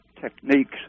techniques